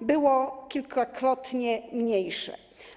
było kilkakrotnie mniejsze.